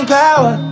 power